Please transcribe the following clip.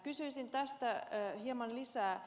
kysyisin tästä hieman lisää